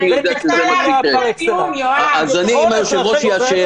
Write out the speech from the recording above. אני מנסה להבין --- אם היושב-ראש יאשר,